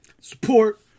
Support